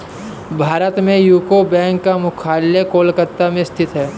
भारत में UCO bank का मुख्यालय कोलकाता में स्थित है